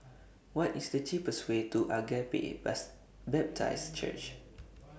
What IS The cheapest Way to Agape Baptist Church